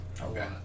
Okay